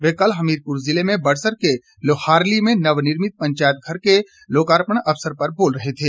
वे कल हमीरपुर ज़िले में बड़सर के लोहारली में नवनिर्मित पंचायत घर के लोकार्पण अवसर पर बोल रहे थे